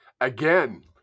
Again